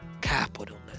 Capitalism